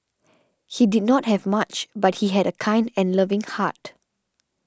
he did not have much but he had a kind and loving heart